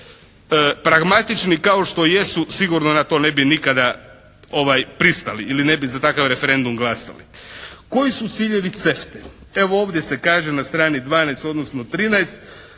Pragmatični kao što jesu sigurno na to ne bi nikada pristali ili ne bi za takav referendum glasali. Koji su ciljevi CEFTA-e? Evo ovdje se kaže na strani 12 odnosno 13